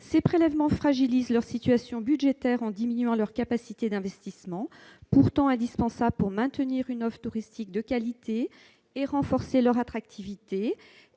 Ces prélèvements fragilisent leur situation budgétaire en diminuant leurs capacités d'investissement, pourtant indispensables pour maintenir une offre touristique de qualité et renforcer leur attractivité,